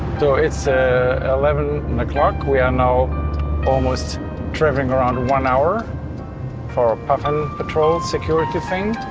so its ah eleven o'clock. we are now almost driving around one hour for puffin patrol security thing.